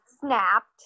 snapped